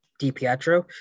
DiPietro